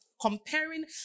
comparing